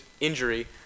injury